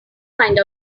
find